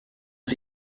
uha